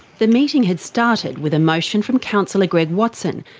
the meeting had started with a motion from councillor greg watson,